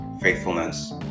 faithfulness